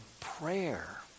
prayer